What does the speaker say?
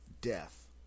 death